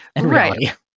Right